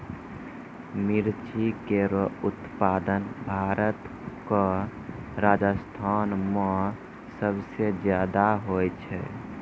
मिर्ची केरो उत्पादन भारत क राजस्थान म सबसे जादा होय छै